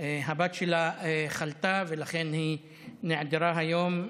הבת שלה חלתה, ולכן היא נעדרה היום.